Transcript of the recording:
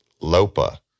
LOPA